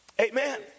Amen